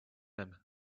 him